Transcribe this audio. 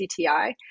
CTI